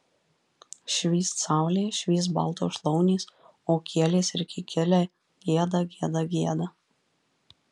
švyst saulė švyst baltos šlaunys o kielės ir kikiliai gieda gieda gieda